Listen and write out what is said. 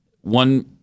one